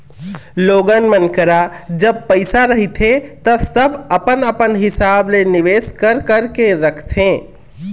लोगन मन करा जब पइसा रहिथे ता सब अपन अपन हिसाब ले निवेस कर करके रखथे